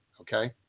Okay